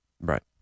Right